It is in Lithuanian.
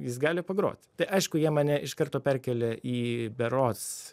jis gali pagrot tai aišku jie mane iš karto perkelia į berods